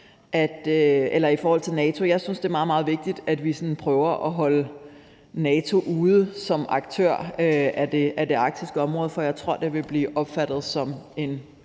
stå i forhold til NATO. Jeg synes egentlig, at det er meget, meget vigtigt, at vi prøver at holde NATO ude som aktør af det arktiske område, for jeg tror, det vil blive opfattet som en